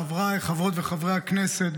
חבריי חברות וחברי הכנסת,